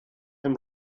pen